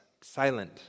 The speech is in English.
silent